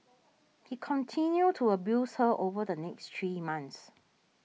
he continued to abuse her over the next three months